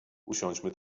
usiądźmy